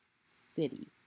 City